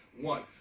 One